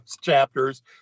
chapters